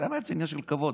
באמת, זה עניין של כבוד.